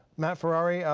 matt ferrari,